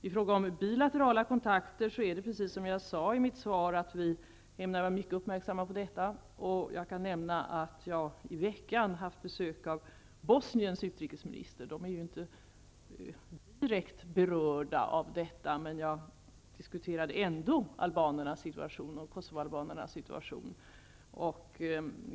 I fråga om bilaterala kontakter är det, precis som jag sade i mitt svar, så att vi har ägnat mycket uppmärksamhet åt frågan. Jag kan nämna att jag i veckan haft besök av Bosniens utrikesminister. Bosnien är ju inte direkt berört av detta, men jag diskuterade ändå kosovoalbanernas situation med utrikesministern.